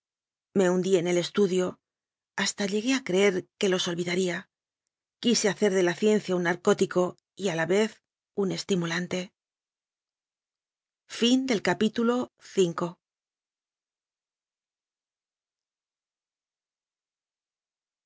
me hundí en el estudio hastá llegué a creer que los olvidaría quise hacer de la ciencia un narcótico y a la vez un esti ma ulante al